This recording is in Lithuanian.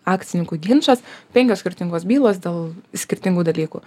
akcininkų ginčas penkios skirtingos bylos dėl skirtingų dalykų